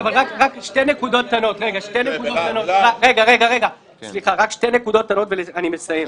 סליחה, רק שתי נקודות קטנות ואני מסיים.